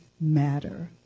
matter